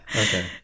Okay